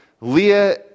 Leah